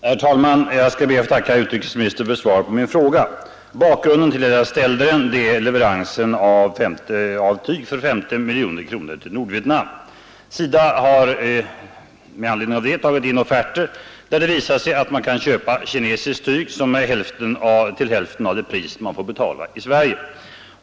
Herr talman! Jag skall be att få tacka utrikesministern för svaret på min enkla fråga. Bakgrunden till att jag ställde den är leveransen av tyg för 50 miljoner kronor till Nordvietnam. SIDA har i samband med detta tagit in offerter, som visar att man kan köpa tyg i Kina till hälften av det pris vi får betala i Sverige.